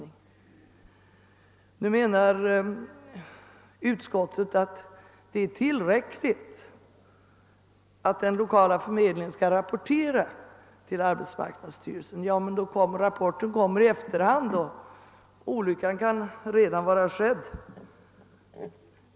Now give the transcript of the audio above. Nu menar utskottet att det skulle vara tillräckligt att den lokala förmedlingen rapporterar till arbetsmarknadsstyrelsen. Ja, men om rapporten kommer i efterhand då kan olyckan redan vara skedd.